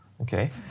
okay